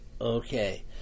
okay